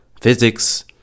physics